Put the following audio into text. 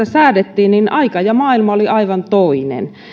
säädettiin aika ja maailma olivat aivan toisia